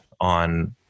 on